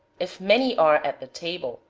if many are at the table,